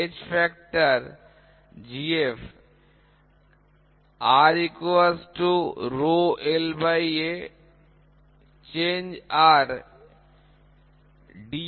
gauge factor R ρLA Rএর পরিবর্তন dRd